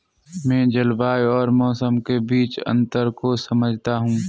मैं जलवायु और मौसम के बीच अंतर को समझता हूं